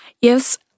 Yes